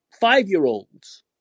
five-year-olds